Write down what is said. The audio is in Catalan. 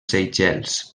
seychelles